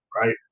right